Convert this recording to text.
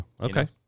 okay